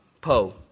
po